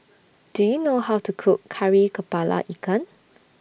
Do YOU know How to Cook Kari Kepala Ikan